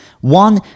one